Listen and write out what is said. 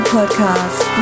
Podcast